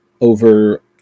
over